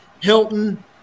Hilton